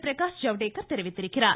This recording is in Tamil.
பிரகாஷ் ஜவ்டேகர் தெரிவித்திருக்கிறார்